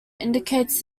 indicates